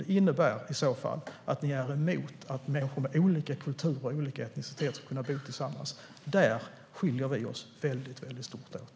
Det innebär i så fall att ni är emot att människor med olika kulturer och etniciteter ska kunna bo tillsammans. Där skiljer vi oss väldigt starkt åt.